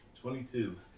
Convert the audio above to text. Twenty-two